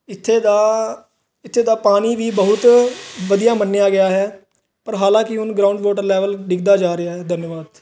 ਇੱਥੇ ਦਾ ਇੱਥੇ ਦਾ ਪਾਣੀ ਵੀ ਬਹੁਤ ਵਧੀਆ ਮੰਨਿਆ ਗਿਆ ਹੈ ਪਰ ਹਾਲਾਂਕਿ ਹੁਣ ਗਰਾਊਂਡ ਵਾਟਰ ਲੈਵਲ ਡਿੱਗਦਾ ਜਾ ਰਿਹਾ ਹੈ ਧੰਨਵਾਦ